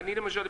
למשל,